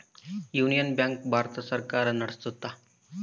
union bank Bharat ಸರ್ಕಾರ ನಡ್ಸುತ್ತ